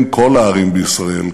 אם כל הערים בישראל,